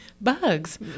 bugs